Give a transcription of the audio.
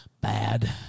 Bad